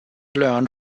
learnt